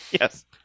yes